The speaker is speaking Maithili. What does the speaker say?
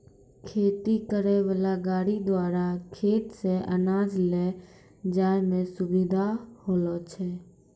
खेती करै वाला गाड़ी द्वारा खेत से अनाज ले जाय मे सुबिधा होलो छै